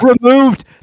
removed